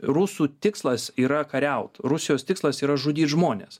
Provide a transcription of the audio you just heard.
rusų tikslas yra kariaut rusijos tikslas yra žudyt žmones